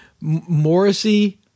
Morrissey